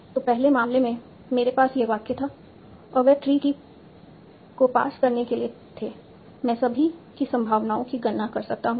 तो पहले मामले में मेरे पास यह वाक्य था और वे ट्री को पार्स करने के लिए थे मैं सभी की संभावनाओं की गणना कर सकता हूं